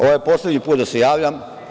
Ovo je poslednji put da se javljam.